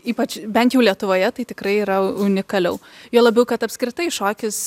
ypač bent jau lietuvoje tai tikrai yra unikaliau juo labiau kad apskritai šokis